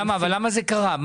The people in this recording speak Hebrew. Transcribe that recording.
למה זה קרה?